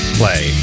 play